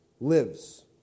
lives